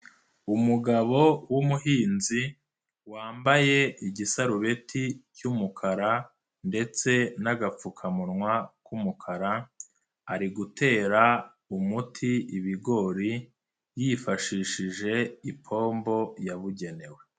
Umugabo w'umuhinzi, wambaye igisarubeti cy'umukara ndetse n'agapfukamunwa k'umukara, ari gutera umuti ibigori, yifashishije ipombo yabugenewe.